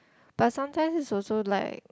but sometimes this also like